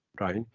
right